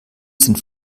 sind